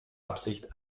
absicht